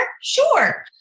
Sure